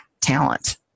talent